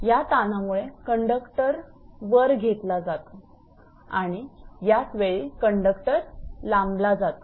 या ताणामुळे कंडक्टर वर घेतला जातो आणि याच वेळी कंडक्टर लांबला जातो